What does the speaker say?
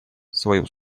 свою